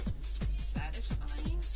Satisfying